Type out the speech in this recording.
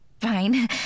fine